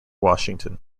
washington